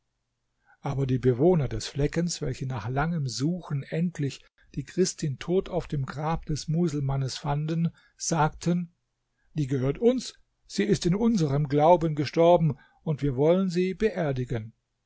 aber die bewohner des fleckens welche nach langem suchen endlich die christin tot auf dem grab des muselmannes fanden sagten die gehört uns sie ist in unserem glauben gestorben und wir wollen sie beerdigen